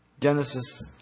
Genesis